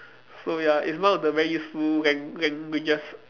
so ya it's one of the very useful lang~ languages